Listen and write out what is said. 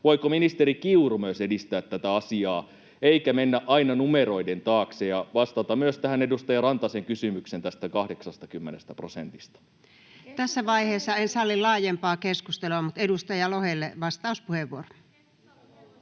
voiko ministeri Kiuru myös edistää tätä asiaa eikä mennä aina numeroiden taakse ja vastata myös edustaja Rantasen kysymykseen tästä 80 prosentista? Tässä vaiheessa en salli laajempaa debattia, mutta edustaja Lohelle vastauspuheenvuoro. Arvoisa